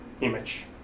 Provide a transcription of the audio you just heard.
image